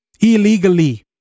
illegally